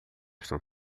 estão